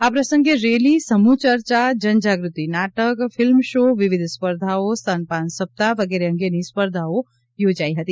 આ પ્રસંગે રેલી સમૂહ ચર્ચા જનજાગૃતિ નાટક ફિલ્મ શો વિવિધ સ્પર્ધાઓ સ્તનપાન સપ્તાહ વગેરે અંગેની સ્પર્ધાઓ યોજાઇ હતી